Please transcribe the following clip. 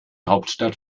hauptstadt